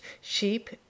sheep